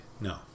No